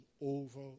over